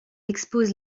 expose